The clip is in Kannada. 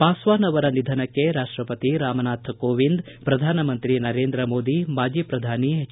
ಪಾಸ್ಟಾನ್ ಅವರ ನಿಧನಕ್ಕೆ ರಾಷ್ಷಪತಿ ರಾಮನಾಥ ಕೋವಿಂದ್ ಪ್ರಧಾನಮಂತ್ರಿ ನರೇಂದ್ರ ಮೋದಿ ಮಾಜಿ ಪ್ರಧಾನಿ ಎಚ್